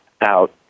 out